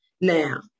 Now